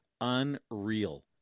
Unreal